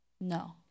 No